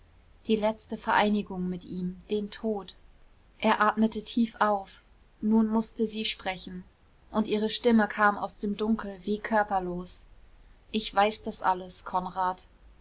die letzte vereinigung mit ihm den tod er atmete tief auf nun mußte sie sprechen und ihre stimme kam aus dem dunkel wie körperlos ich weiß das alles konrad